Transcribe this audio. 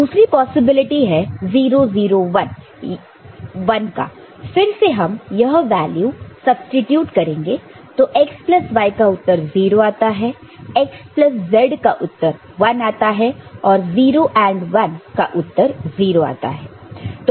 दूसरी पॉसिबिलिटी है 0 0 1 का फिर से हम यह वैल्यू सब्सीट्यूट करेंगे तो x प्लस y का उत्तर 0 आता है x प्लस z का उत्तर 1 आता है और फिर 0 AND 1 का उत्तर 0 आता है